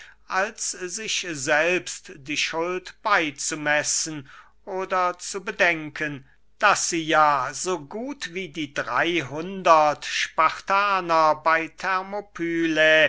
als sich selbst die schuld beyzumessen oder zu bedenken daß sie ja so gut wie die dreyhundert spartaner bei thermopylä